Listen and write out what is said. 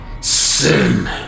sin